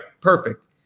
perfect